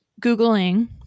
Googling